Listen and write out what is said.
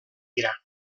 dira